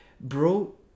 Bro